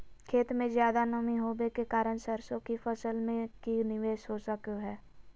खेत में ज्यादा नमी होबे के कारण सरसों की फसल में की निवेस हो सको हय?